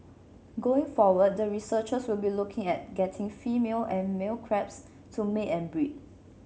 going forward the researchers will be looking at getting female and male crabs to mate and breed